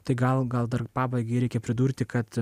tai gal gal dar pabaigai reikia pridurti kad